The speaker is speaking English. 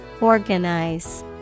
Organize